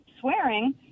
swearing